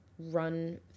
run